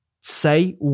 say